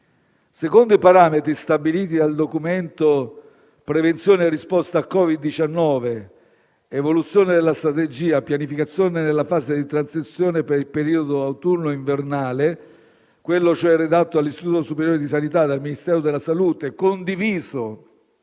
Secondo i parametri stabiliti dal documento "Prevenzione e risposta a Covid-19: evoluzione della strategia e pianificazione della fase di transizione per il periodo autunno-invernale" redatto all'Istituto superiore di sanità e dal Ministero della salute, condiviso